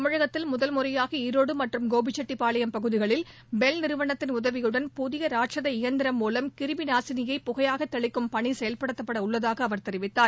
தமிழகத்தில் முதல் முறையாக ஈரோடு மற்றும் கோபிச்செட்டிப்பாளையம் பகுதிகளில் பெல் நிறுவனத்தின் உதவியுடன் புதிய ராட்சத எந்திரம் மூலம் கிருமி நாசினியை புகையாக தெளிக்கும் பணி செயல்படுத்தப்பட உள்ளதாக அவர் தெரிவித்தார்